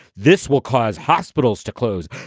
this will cause hospitals to close.